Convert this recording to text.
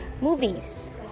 movies